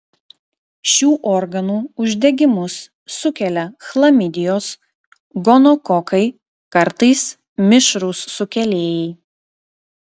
šių organų uždegimus sukelia chlamidijos gonokokai kartais mišrūs sukėlėjai